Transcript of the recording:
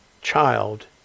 child